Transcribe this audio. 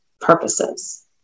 purposes